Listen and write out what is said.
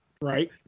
Right